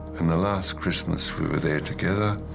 and the last christmas we were there together,